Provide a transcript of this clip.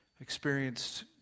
experienced